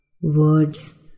words